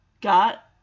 got